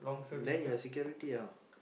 then your security how